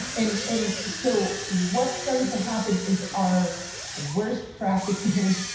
and and so what started to happen is our worst practicers,